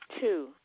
Two